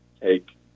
take